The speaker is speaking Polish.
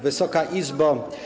Wysoka Izbo!